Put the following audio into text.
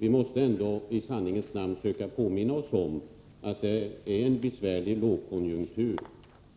Vi måste ändå i sanningens namn påminna oss om att vi har haft en besvärlig lågkonjunktur